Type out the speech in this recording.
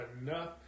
enough